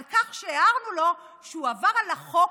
על כך שהערנו לו שהוא עבר על החוק,